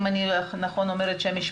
אני פה.